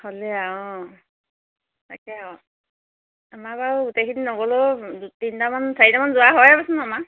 হ'লে অঁ তাকে আ আমাৰ বাৰু গোটেইখিনি নগ'লেও তিনিটামান চাৰিটামান যোৱা হয় আমাৰ